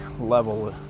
level